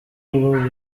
buryo